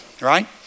right